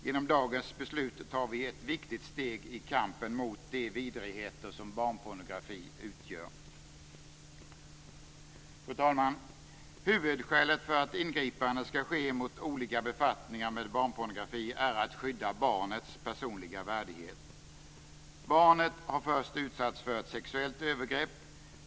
Genom dagens beslut tar vi ett viktigt steg i kampen mot de vidrigheter som barnpornografi innebär. Fru talman! Huvudskälet för att ingripanden skall ske mot olika befattningar med barnpornografi är att skydda barnets personliga värdighet. Barnet har först utsatts för ett sexuellt övergrepp.